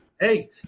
Hey